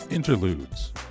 Interludes